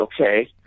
okay